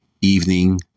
evening